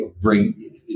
bring